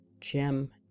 gem